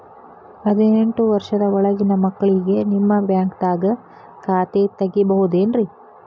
ಹದಿನೆಂಟು ವರ್ಷದ ಒಳಗಿನ ಮಕ್ಳಿಗೆ ನಿಮ್ಮ ಬ್ಯಾಂಕ್ದಾಗ ಖಾತೆ ತೆಗಿಬಹುದೆನ್ರಿ?